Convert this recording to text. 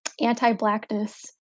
anti-blackness